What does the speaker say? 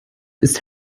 ist